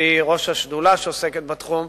שהיא ראש השדולה שעוסקת בתחום,